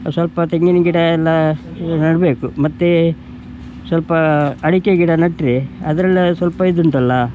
ಸ್ವಲ್ಪ ತೆಂಗಿನ ಗಿಡವೆಲ್ಲ ನೆಡಬೇಕು ಮತ್ತು ಸ್ವಲ್ಪ ಅಡಿಕೆ ಗಿಡ ನೆಟ್ಟರೆ ಅದ್ರಲ್ಲಿ ಸ್ವಲ್ಪ ಇದುಂಟಲ್ಲ